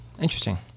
interesting